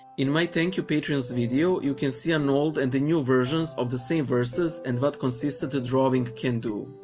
in my thank you patrons video, you can see and old and new versions of the same verses and what but consistent drawing can do.